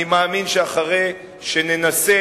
אני מאמין שאחרי שננסה